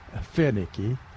finicky